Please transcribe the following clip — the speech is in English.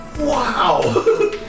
wow